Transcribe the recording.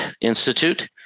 Institute